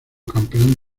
campeón